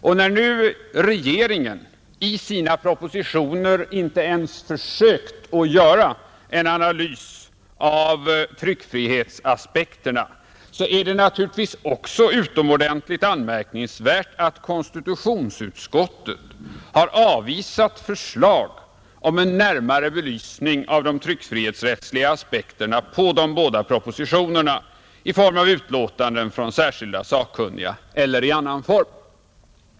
Och när nu regeringen i sina propositioner inte ens försökt göra en analys av de tryckfrihetsrättsliga aspekterna, är det också utomordentligt anmärkningsvärt, att konstitutionsutskottet har avvisat förslag om en närmare belysning av dessa aspekter på de båda propositionerna i form av utlåtanden från särskilda sakkunniga eller i annan form.